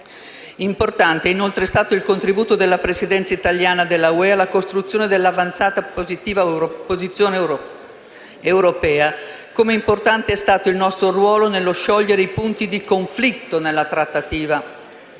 Importante è stato inoltre il contributo della Presidenza italiana dell'UE alla costruzione dell'avanzata posizione europea, come importante è stato il nostro ruolo nello sciogliere i punti di conflitto nella trattativa fatta